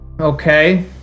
Okay